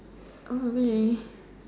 Oh really